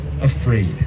afraid